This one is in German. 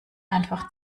einfach